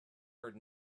heard